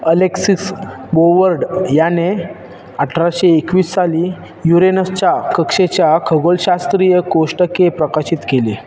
Alexis Bouvard याने अठराशे एकवीस साली युरेनसच्या कक्षेच्या खगोलशास्त्रीय कोष्टके प्रकाशित केले